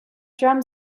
drum